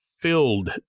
filled